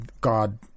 God